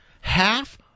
Half